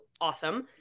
awesome